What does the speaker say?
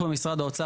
אנחנו במשרד האוצר,